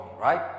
right